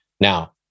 Now